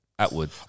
Atwood